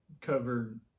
covered